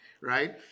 right